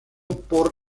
por